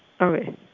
Okay